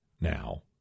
now